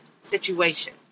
situation